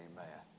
Amen